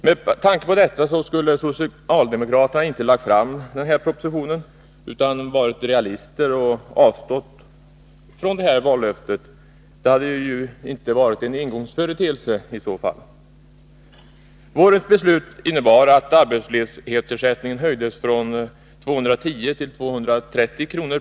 Med tanke på detta borde socialdemokraterna inte ha lagt fram sin proposition, utan varit realister och avstått från att fullfölja vallöftet om arbetslöshetsförsäkringen — det hade i så fall inte varit en engångsföreteelse. Vårens beslut innebar att arbetslöshetsersättningen höjdes från 210 till 230 kr.